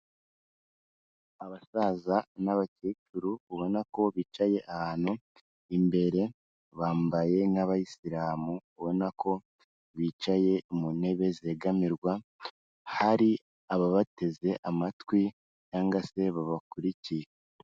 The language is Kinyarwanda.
Abasaza n'abakecuru ubona ko bicaye ahantu imbere bambaye nk'abayisilamu ubona ko bicaye mu ntebe zegamirwa hari ababateze amatwi cyangwa se babakurikiye.